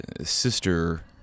sister